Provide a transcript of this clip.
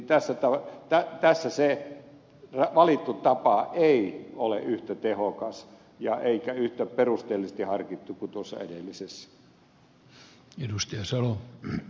tässä se valittu tapa ei ole yhtä tehokas eikä yhtä perusteellisesti harkittu kuin tuossa edellisessä